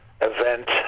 event